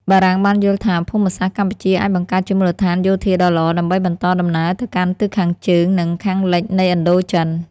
បារាំងបានយល់ថា ភូមិសាស្ត្រកម្ពុជាអាចបង្កើតជាមូលដ្ឋានយោធាដ៏ល្អ ដើម្បីបន្តដំណើរទៅកាន់ទិសខាងជើង និងខាងលិចនៃឥណ្ឌូចិន។